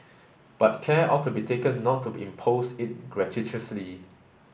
but care ought to be taken not to impose it gratuitously